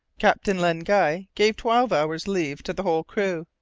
captain len guy gave twelve hours' leave to the whole crew.